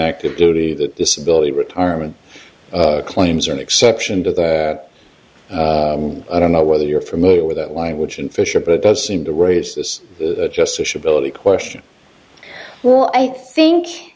active duty that disability retirement claims are an exception to that i don't know whether you're familiar with that language and fisher but it does seem to raise this just sociability question well i think